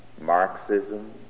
Marxism